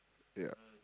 ya